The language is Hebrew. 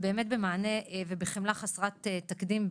במענה ובחמלה חסרת תקדים,